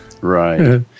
Right